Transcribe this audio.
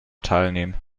teilnehmen